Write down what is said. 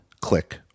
click